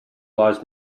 lies